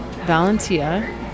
Valentia